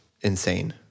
insane